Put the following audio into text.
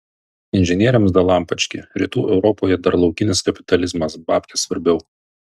inžinieriams dalampački rytų europoje dar laukinis kapitalizmas babkės svarbiau